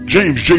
James